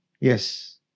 Yes